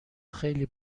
خیلی